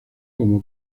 como